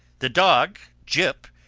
the dog, jip,